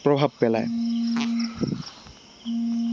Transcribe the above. প্ৰভাৱ পেলায়